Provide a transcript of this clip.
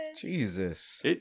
Jesus